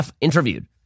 interviewed